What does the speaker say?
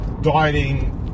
dieting